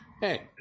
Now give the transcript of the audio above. hey